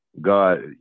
God